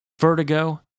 vertigo